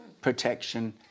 protection